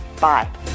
Bye